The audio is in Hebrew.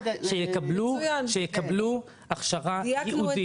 שיקבלו הכשרה ייעודית.